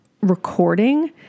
recording